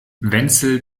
wenzel